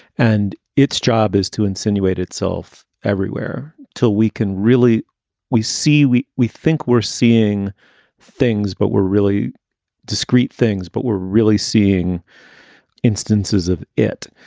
and its job is to insinuate itself everywhere till we can really we see we we think we're seeing things, but we're really discrete things, but we're really seeing instances of it.